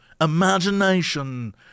imagination